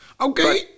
Okay